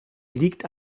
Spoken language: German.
liegt